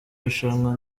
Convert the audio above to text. rushanwa